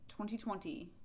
2020